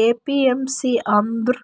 APMC ಅಂದುರ್